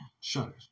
Shutters